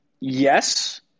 Yes